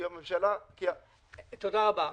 תודה רבה.